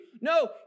No